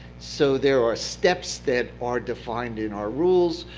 so there are steps that are defined in our rules.